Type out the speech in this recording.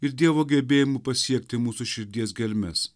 ir dievo gebėjimu pasiekti mūsų širdies gelmes